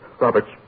Roberts